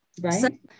Right